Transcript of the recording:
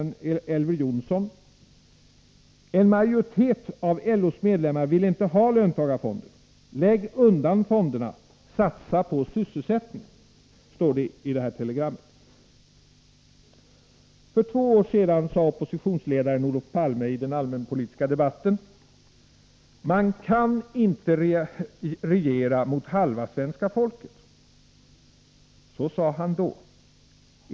Telegrammet är ställt till Sveriges riksdag och lyder: ”En majoritet av LO:s medlemmar vill inte ha löntagarfonder — lägg undan fonderna — satsa på sysselsättningen.” För två år sedan sade oppositionsledaren Olof Palme i den allmänpolitiska debatten: Man kan inte regera mot halva svenska folket. Så sade han då.